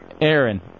Aaron